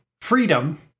freedom